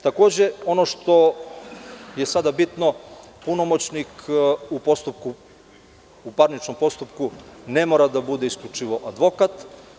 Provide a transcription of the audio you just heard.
Takođe, ono što je sada bitno, punomoćnik u parničnom postupku ne mora da bude isključivo advokat.